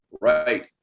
Right